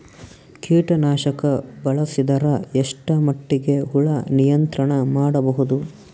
ಕೀಟನಾಶಕ ಬಳಸಿದರ ಎಷ್ಟ ಮಟ್ಟಿಗೆ ಹುಳ ನಿಯಂತ್ರಣ ಮಾಡಬಹುದು?